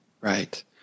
Right